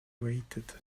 waited